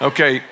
Okay